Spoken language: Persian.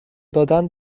دادن